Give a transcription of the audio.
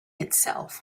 itself